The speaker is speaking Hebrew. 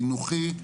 חינוכי,